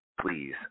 please